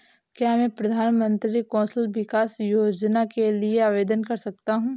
क्या मैं प्रधानमंत्री कौशल विकास योजना के लिए आवेदन कर सकता हूँ?